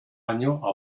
año